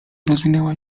rozwinęła